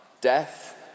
death